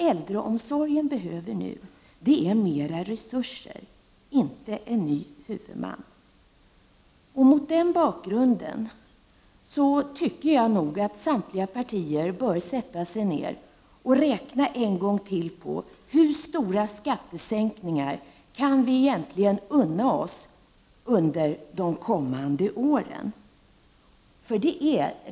Äldreomsorgen behöver mer resurser, inte en ny huvudman. Mot den bakgrunden tycker jag att samtliga partier bör sätta sig ner och en gång till räkna över hur stora skattesänkningar vi egentligen kan unna oss under de kommande åren.